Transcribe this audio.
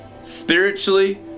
Spiritually